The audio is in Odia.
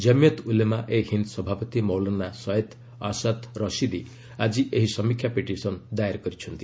ଜମିୟତ୍ ଉଲେମା ଏ ହିନ୍ଦ୍ ସଭାପତି ମୌଲାନା ସୟେଦ୍ ଆସାଦ୍ ରଶିଦି ଆକି ଏହି ସମୀକ୍ଷା ପିଟିସନ୍ ଦାଏର କରିଛନ୍ତି